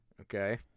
Okay